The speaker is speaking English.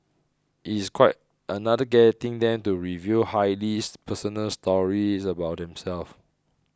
it's quite another getting them to reveal highly personal stories about themselves